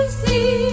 see